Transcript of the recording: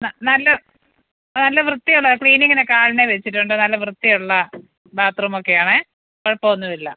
നല്ല നല്ല വൃത്തിയുള്ളതാണ് ക്ലീനിങ്ങിനൊക്കെ ആളിനെ വെച്ചിട്ടുണ്ട് നല്ല വൃത്തിയുള്ള ബാത് റൂമൊക്കെയാണ് കുഴപ്പമൊന്നുമില്ല